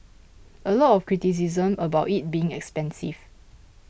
a lot of criticism about it being expensive